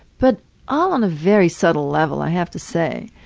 but all in a very subtle level, i have to say.